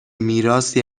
میراثی